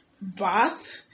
bath